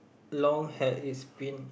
long had it's been